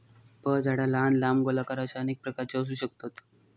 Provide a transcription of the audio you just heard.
फळझाडा लहान, लांब, गोलाकार अश्या अनेक प्रकारची असू शकतत